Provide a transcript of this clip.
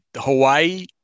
Hawaii